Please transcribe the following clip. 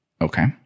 okay